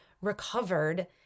recovered